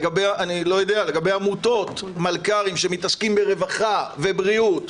לגבי עמותות, מלכ"רים שמתעסקים ברווחה ובריאות,